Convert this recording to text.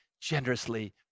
generously